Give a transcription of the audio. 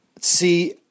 see